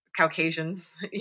Caucasians